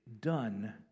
done